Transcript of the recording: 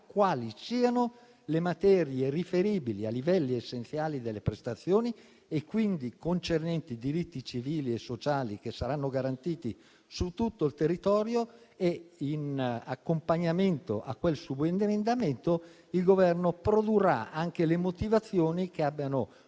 quali siano le materie riferibili a livelli essenziali delle prestazioni, quindi concernenti diritti civili e sociali, che saranno garantiti su tutto il territorio; in accompagnamento a tale subemendamento, il Governo produrrà anche le motivazioni che avranno portato